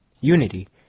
unity